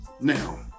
now